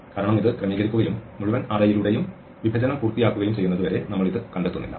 കാരണം ഇത് ക്രമീകരിക്കുകയും മുഴുവൻ അറേയിലൂടെയും വിഭജനം പൂർത്തിയാക്കുകയും ചെയ്യുന്നതുവരെ നമ്മൾ ഇത് കണ്ടെത്തുന്നില്ല